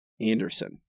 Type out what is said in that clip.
Anderson